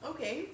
Okay